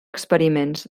experiments